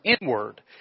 inward